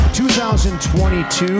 2022